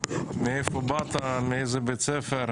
מאיפה באת, מאיזה בית ספר?